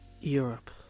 Europe